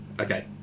Okay